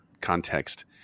context